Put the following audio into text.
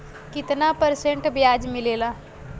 कितना परसेंट ब्याज मिलेला?